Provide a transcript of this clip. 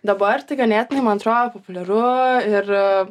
dabar tai ganėtinai man atrodo populiaru ir